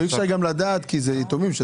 אי-אפשר לדעת כי זה יתומים.